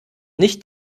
nicht